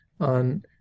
on